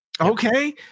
Okay